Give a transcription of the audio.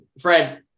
Fred